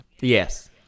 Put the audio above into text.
yes